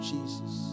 Jesus